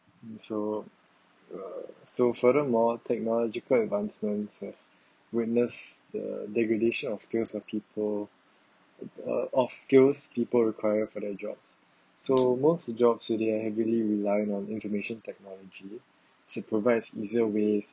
so uh so furthermore technological advancements have witness the degradation of skills of people uh of skills people require for their jobs so most job today are heavily reliant on information technology as it provides easier ways